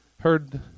heard